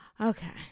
Okay